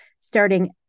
starting